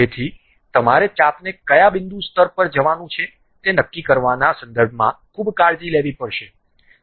તેથી તમારે ચાપને કયા બિંદુ સ્તર પર જવાનું છે તે નક્કી કરવાના સંદર્ભમાં ખૂબ કાળજી લેવી પડશે